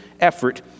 effort